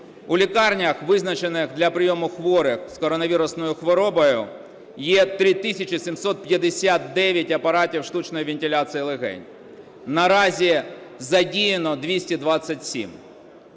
У лікарнях, визначених для прийому хворих з коронавірусною хворобою, є 3 тисячі 759 апаратів штучної вентиляції легень, наразі задіяно – 227.